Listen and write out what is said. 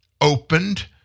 opened